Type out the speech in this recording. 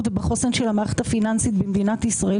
ובחוסן של המערכת הפיננסית של מדינת ישראל,